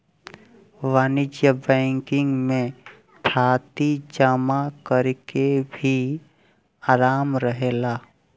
वाणिज्यिक बैंकिंग में थाती जमा करेके भी आराम रहेला